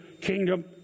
kingdom